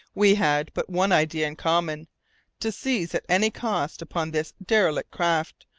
we had but one idea in common to seize at any cost upon this derelict craft,